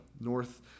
north